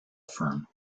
firm